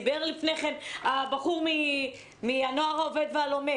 דיבר לפני כן הבחור מן הנוער העובד והלומד